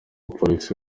polisi